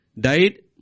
died